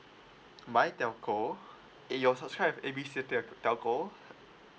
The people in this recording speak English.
my telco eh you're subscribe with A B C telco